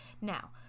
Now